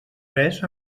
res